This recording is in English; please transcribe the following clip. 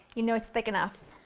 you know it's thick enough!